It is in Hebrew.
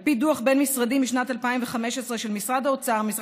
על פי דוח בין-משרדי של משרד האוצר משנת 2015,